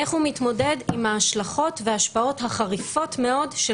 איך הוא מתמודד עם ההשלכות וההשפעות החריפות מאוד של